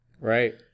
Right